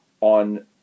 on